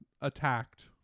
attacked